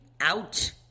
out